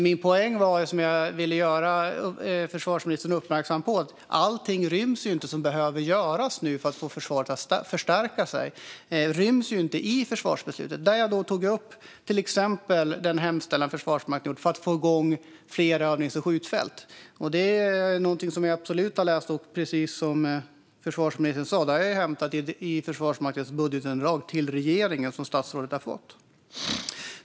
Min poäng och det jag ville göra försvarsministern uppmärksam på är att allt som behöver göras för att förstärka försvaret inte ryms i försvarsbeslutet, till exempel den hemställan Försvarsmakten har gjort för att få igång fler övnings och skjutfält. Detta finns med i Försvarsmaktens budgetunderlag till regeringen, som statsrådet har fått.